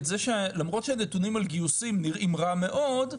למרות שהנתונים על גיוסים נראים רע מאוד,